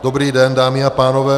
Dobrý den, dámy a pánové.